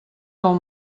del